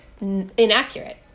inaccurate